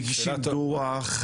לגבי המודעות,